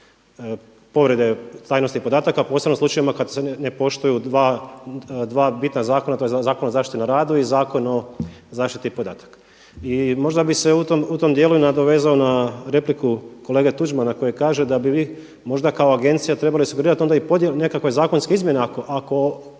povrede tajnosti podataka posebno u slučajevima kad se ne poštuju dva bitna zakona. To je Zakon o zaštiti na radu i Zakon o zaštiti podataka. I možda bih se u tom dijelu i nadovezao na repliku kolege Tuđmana koji kaže da bi vi možda kao agencija trebali sugerirati onda i podjelu, nekakve zakonske izmjene ako